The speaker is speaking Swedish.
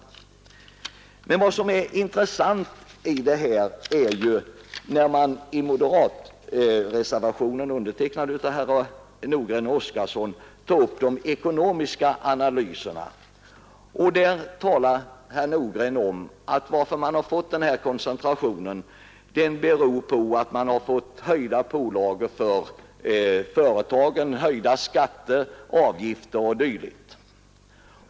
Men vad som är intressant är att man i moderatreservationen, undertecknad av herrar Nordgren och Oskarson, tar upp de ekonomiska analyserna. Herr Nordgren talar om att den här koncentrationen beror på att företagen har fått höjda pålagor, höjda skatter, avgifter och dylikt.